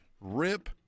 rip